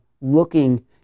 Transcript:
looking